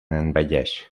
envelleix